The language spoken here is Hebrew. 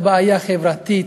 זו בעיה חברתית,